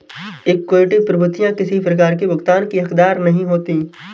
equity प्रभूतियाँ किसी प्रकार की भुगतान की हकदार नहीं होती